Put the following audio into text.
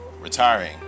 retiring